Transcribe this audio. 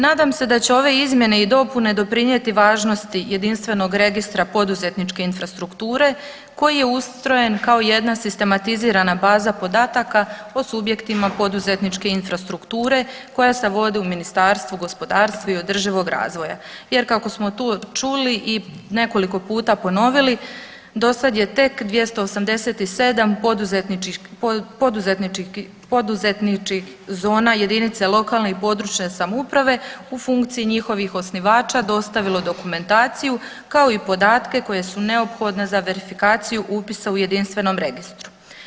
Nadam se da će ove izmjene i dopune doprinijeti važnosti Jedinstvenog registra poduzetničke infrastrukture koji je ustrojen kao jedna sistematizirana baza podataka o subjektima poduzetničke infrastrukture koja se vodi u Ministarstvu gospodarstva i održivoga razvoja jer, kako smo tu čuli i nekoliko puta ponovili, dosad je tek 287 poduzetničkih zona jedinice lokalne i područne samouprave u funkciji njihovih osnivača dostavilo dokumentaciju, kao i podatke koji su neophodne za verifikaciju upisa u Jedinstvenom registru.